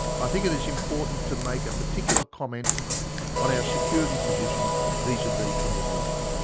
i think it is important to make a particular comment on our security position vis-a-vis indonesia.